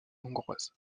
hongroise